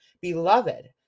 beloved